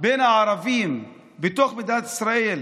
בין הערבים בתוך מדינת ישראל